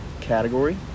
category